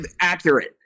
accurate